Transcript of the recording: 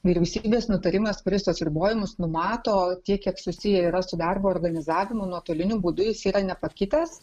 vyriausybės nutarimas kuris tuos ribojimus numato tiek kiek susiję yra su darbo organizavimu nuotoliniu būdu jis yra nepakitęs